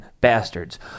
Bastards